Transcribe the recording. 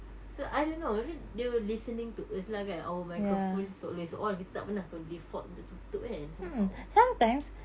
so I don't know I mean they were listening to us lah kan our microphone is always on kita tak pernah pun default untuk tutup kan somehow